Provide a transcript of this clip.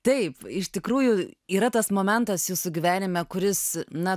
taip iš tikrųjų yra tas momentas jūsų gyvenime kuris na